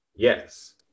Yes